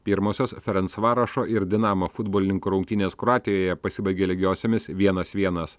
pirmosios ferencvarošo ir dinamo futbolininkų rungtynės kroatijoje pasibaigė lygiosiomis vienas vienas